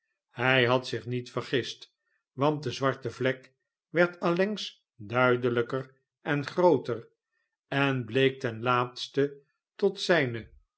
hij had zich niet vergist want de zwarte vlek werd allengs duidelijker en grooter en bleek ten laatste tot zijne